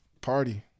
party